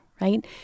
right